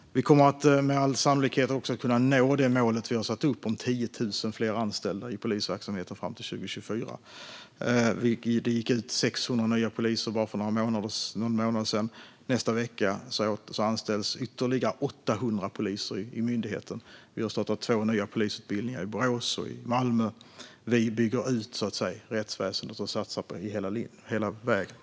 Vi kommer med all sannolikhet också att kunna nå det mål vi har satt upp om 10 000 fler anställda i polisverksamheten fram till 2024. Det gick ut 600 nya poliser bara för någon månad sedan. Nästa vecka anställs ytterligare 800 poliser i myndigheten. Vi har startat två nya polisutbildningar, i Borås och i Malmö. Vi bygger ut rättsväsendet och satsar hela vägen.